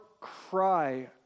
cry